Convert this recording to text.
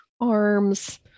arms